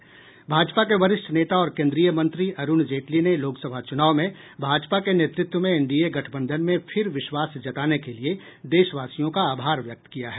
वहीं भाजपा के वरिष्ठ नेता और केंद्रीय मंत्री अरूण जेटली ने लोकसभा चुनाव में भाजपा के नेतृत्व में एनडीए गठबंधन में फिर विश्वास जताने के लिये देशवासियों का आभार व्यक्त किया है